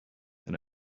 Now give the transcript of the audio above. and